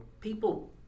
People